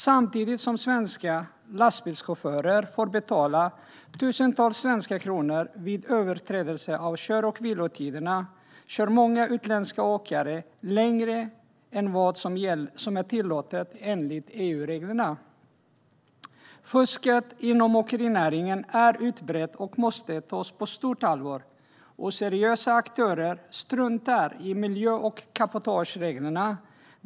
Samtidigt som svenska lastbilschaufförer får betala tusentals svenska kronor vid överträdelse av kör och vilotiderna kör många utländska åkare längre än vad som är tillåtet enligt EU-reglerna. Fusket inom åkerinäringen är utbrett och måste tas på stort allvar. Oseriösa aktörer struntar i miljö och cabotagereglerna.